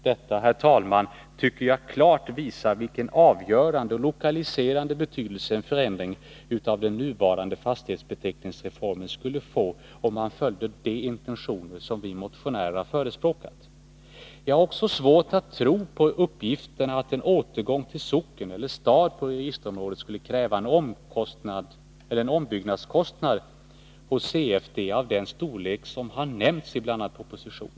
Detta, herr talman, tycker jag klart visar vilken avgörande och lokaliserande betydelse en förändring av den nuvarande fastighetsbeteckningsreformen skulle få, om man följde de intentioner som vi motionärer har förespråkat. Jag har också svårt att tro på uppgifterna att en återgång till socken/stad på registerområdet skulle kräva en ombyggnadskostnad hos CFD av den storlek som har nämnts i bl.a. propositionen.